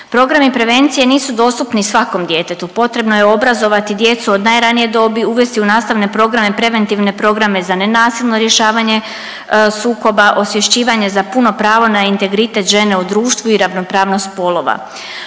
Programi prevencije nisu dostupni svakom djetetu, potrebno je obrazovati djecu od najranije dobi, uvesti u nastavne programe preventivne programe za nenasilno rješavanje sukoba, osvješćivanje za puno pravo na integritet žene u društvu i ravnopravnost spolova.